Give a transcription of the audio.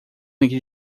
liguei